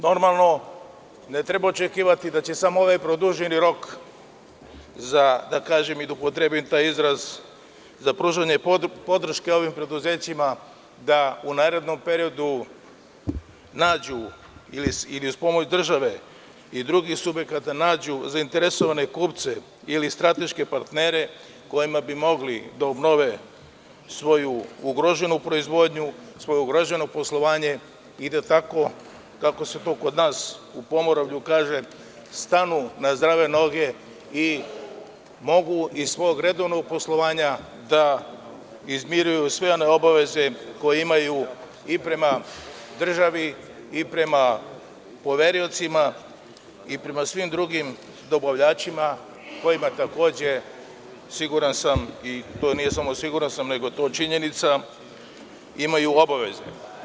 Normalno, ne treba očekivati da će samo ovaj produženi rok za da kažem i da upotrebim taj izraz za pružanje podrške ovim preduzećima da u narednom periodu nađu ili uz pomoć države i drugih subjekata nađu zainteresovane kupce ili strateške partnere kojima bi mogli da obnove svoju ugroženu proizvodnju, svoje ugroženo poslovanje i da tako kako se to kod nas u Pomoravlju kaže – stanu na zdrave noge i mogu iz svog redovnog poslovanja da izmiruju sve one obaveze koje imaju i prema državi, i prema poveriocima, i prema svim drugim dobavljačima kojima takođe siguran sam i to nije samo siguran sam, nego je to činjenica imaju u obavezi.